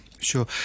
Sure